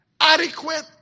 adequate